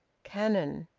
cannon!